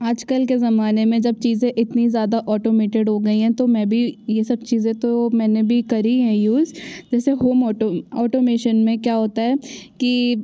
आजकल के ज़माने में जब चीज़ें इतनी ज़्यादा ऑटोमेटेड हो गई हैं तो मैं भी ये सब चीज़ें तो मैंने भी करी है यूज़ जैसे होम ऑटोमेशन में क्या होता है कि